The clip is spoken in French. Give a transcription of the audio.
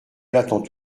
l’attends